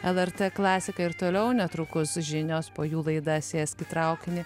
lrt klasika ir toliau netrukus žinios po jų laida sėsk į traukinį